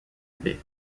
baie